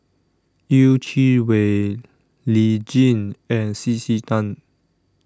Yeh Chi Wei Lee Tjin and C C Tan